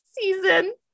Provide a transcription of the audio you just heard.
season